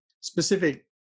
specific